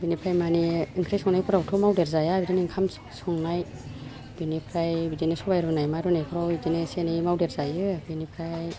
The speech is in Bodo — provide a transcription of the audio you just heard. बिनिफ्राय मानि ओंख्रि संनायफोरावथ' मावदेर जाया बिदिनो ओंखाम ओंख्रि संनाय बिनिफ्राय बिदिनो सबाय रुनाय मा रुनायखौ बिदिनो इसे एनै मावदेर जायो बिनिफ्राय